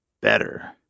better